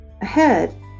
Ahead